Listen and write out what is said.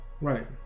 Right